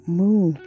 moon